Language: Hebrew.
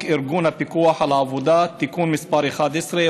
ארגון הפיקוח על העבודה (תיקון מס' 11,